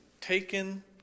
taken